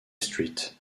street